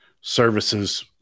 services –